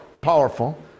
powerful